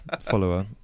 follower